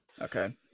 Okay